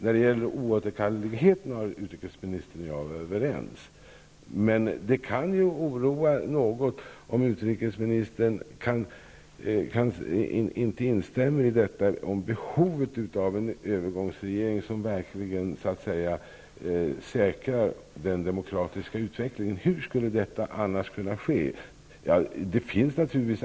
När det gäller oåterkalleligheten är utrikesministern och jag överens, men det kan ju oroa något om utrikesministern inte håller med om att det finns ett behov av en övergångsregering som verkligen säkrar den demokratiska utvecklingen. Hur skulle detta annars kunna ske?